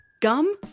Gum